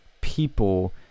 People